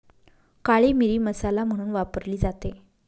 काळी मिरी मसाला म्हणून वापरली जाते